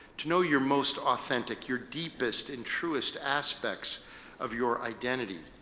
to know your most authentic, your deepest and truest aspects of your identity,